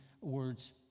words